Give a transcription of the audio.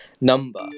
number